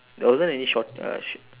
there wasn't any shock uh sh~